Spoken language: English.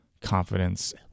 confidence